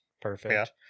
perfect